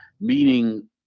meaning